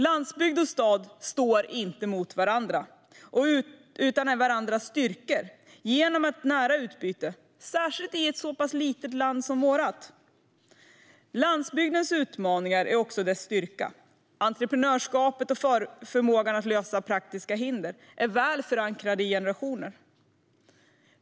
Landsbygd och stad står inte emot varandra utan är varandras styrkor genom ett nära utbyte, särskilt i ett så pass litet land som vårt. Landsbygdens utmaningar är också dess styrka. Entreprenörskapet och förmågan att lösa praktiska hinder är väl förankrad sedan generationer.